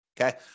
Okay